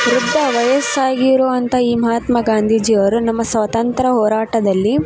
ವೃದ್ಧ ವಯಸ್ಸಾಗಿರುವಂಥ ಈ ಮಹಾತ್ಮ ಗಾಂಧೀಜಿ ಅವರು ನಮ್ಮ ಸ್ವಾತಂತ್ರ್ಯ ಹೋರಾಟದಲ್ಲಿ